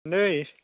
দেই